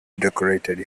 decorated